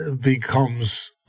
becomes